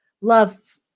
Love